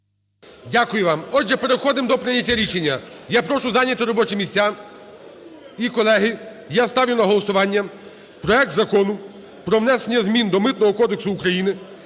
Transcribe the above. Дякую вам. Отже, переходимо до прийняття рішення. Я прошу зайняти робочі місця. І, колеги, я ставлю на голосування проект Закону про внесення змін до Митного кодексу України